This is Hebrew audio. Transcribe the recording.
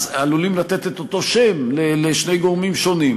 עלולים לתת את אותו שם לשני גורמים שונים.